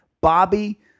Bobby